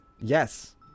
yes